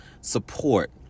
support